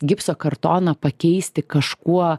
gipso kartoną pakeisti kažkuo